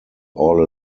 all